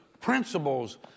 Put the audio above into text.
principles